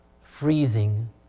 Freezing